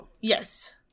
Yes